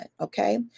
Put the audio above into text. okay